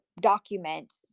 document